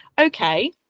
okay